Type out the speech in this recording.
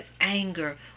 anger